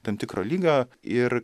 tam tikro lygio ir